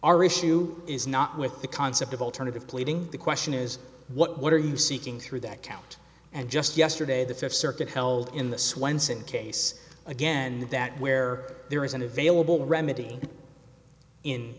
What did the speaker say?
our issue is not with the concept of alternative pleading the question is what are you seeking through that count and just yesterday the fifth circuit held in the swenson case again that where there is an available remedy in